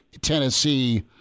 Tennessee